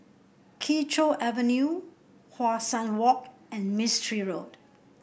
Kee Choe Avenue How Sun Walk and Mistri Road